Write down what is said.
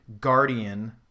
guardian